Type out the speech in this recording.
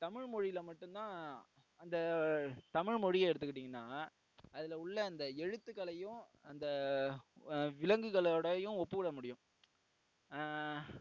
தமிழ் மொழியில் மட்டும் தான் அந்த தமிழ் மொழியை எடுத்துகிட்டிங்னா அதில் உள்ள அந்த எழுத்துக்களையும் அந்த விலங்குகளோடவும் ஒப்பிட முடியும்